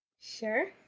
Sure